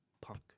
Punk